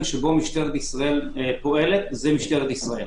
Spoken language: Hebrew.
שבו משטרת ישראל פועלת זה משטרת ישראל,